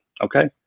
okay